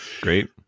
great